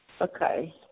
Okay